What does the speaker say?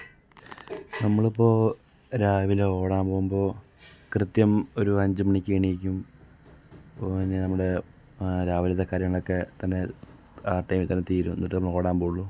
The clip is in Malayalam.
നമ്മളിപ്പോൾ രാവിലെ ഓടാൻ പോകുമ്പോൾ കൃത്യം ഒരു അഞ്ച് മണിക്കെണീയ്ക്കും അപ്പോൾ പിന്നെ നമ്മുടെ രാവിലത്തെ കാര്യങ്ങളൊക്കെ തന്നെ ആ ടൈമിൽ തന്നെ തീരും എന്നിട്ടേ ഓടാൻ പോകുകയുള്ളൂ